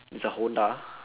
it's a honda